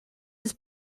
his